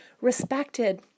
respected